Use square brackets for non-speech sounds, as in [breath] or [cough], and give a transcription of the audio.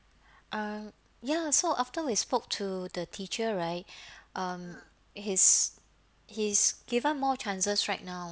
uh ya so after we spoke to the teacher right [breath] um he's he's given more chances right now